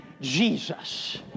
Jesus